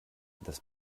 das